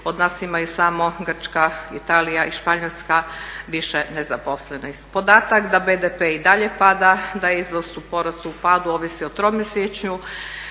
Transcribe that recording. od nas imaju samo Grčka, Italija i Španjolska više nezaposlenih. Podatak da BDP i dalje pada, da je izvoz u padu ovisi o tromjesečju,